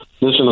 Listen